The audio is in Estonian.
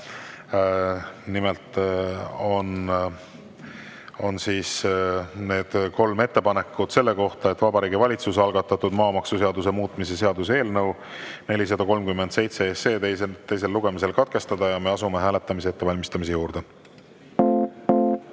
Nimelt on need kolm ettepanekut selle kohta, et Vabariigi Valitsuse algatatud maamaksuseaduse muutmise seaduse eelnõu 437 teine lugemine katkestada. Me asume hääletamise ettevalmistamise juurde.